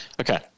Okay